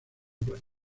playa